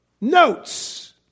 notes